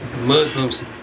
Muslims